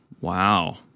wow